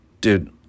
dude